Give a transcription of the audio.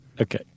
Okay